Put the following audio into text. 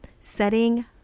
setting